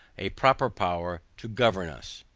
a proper power to govern us?